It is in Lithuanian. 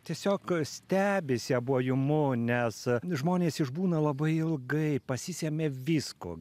tiesiog stebisi abuojumu nes žmonės išbūna labai ilgai pasisemia visko